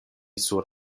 sur